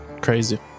Crazy